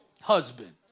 Husband